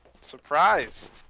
surprised